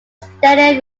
stadium